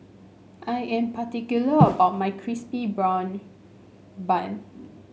I am particular about my crispy brown bun